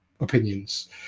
opinions